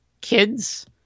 kids